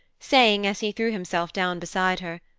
saying, as he threw himself down beside her,